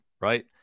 right